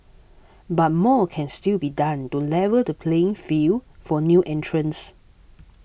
but more can still be done to level the playing field for new entrants